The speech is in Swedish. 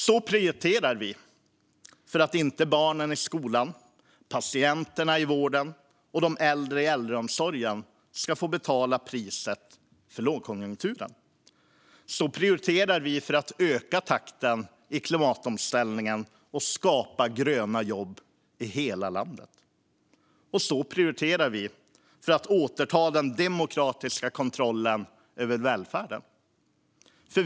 Så prioriterar vi för att inte barnen i skolan, patienterna i vården och de äldre i äldreomsorgen ska få betala priset för lågkonjunkturen. Så prioriterar vi för att öka takten i klimatomställningen och skapa gröna jobb i hela Sverige. Så prioriterar vi för att återta den demokratiska kontrollen över välfärden.